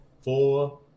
four